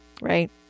right